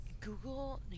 google